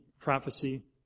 prophecy